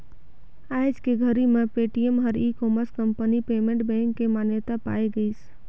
आयज के घरी मे पेटीएम हर e commerce company payment bank के मान्यता पाए गइसे